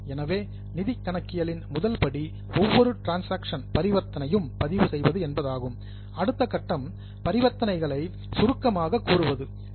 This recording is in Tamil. எனவே நிதி கணக்கியலின் முதல் படி ஒவ்வொரு டிரன்சாக்சன் பரிவர்த்தனையும் பதிவு செய்வது அடுத்த கட்டம் பரிவர்த்தனைகளை சம்மரைசிங் சுருக்கமாக கூறுவதாகும்